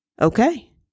Okay